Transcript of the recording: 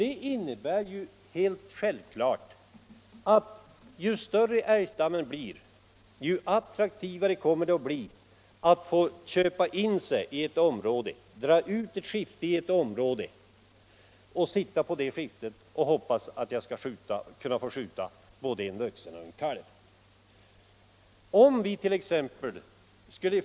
Det innebär självfallet att ju större älgstammen blir, desto attraktivare kommer det att bli att köpa in sig i ett område, dra ut ett skifte och sitta där och hoppas att man skall kunna få skjuta både en vuxen älg och en kalv.